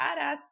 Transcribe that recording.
badass